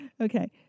Okay